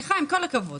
עם כל הכבוד.